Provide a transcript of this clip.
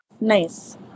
Nice